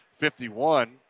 51